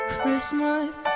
Christmas